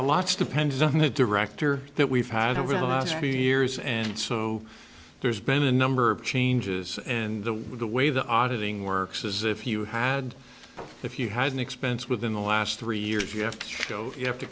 lot's depends on the director that we've had over the last few years and so there's been a number of changes and the way the auditing works is if you had if you had an expense within the last three years you have to go you have to